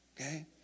Okay